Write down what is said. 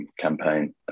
campaign